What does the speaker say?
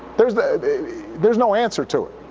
there's there's no answer to it.